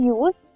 use